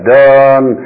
done